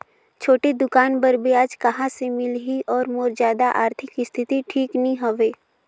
छोटे दुकान बर ब्याज कहा से मिल ही और मोर जादा आरथिक स्थिति ठीक नी हवे?